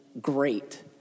great